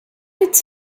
its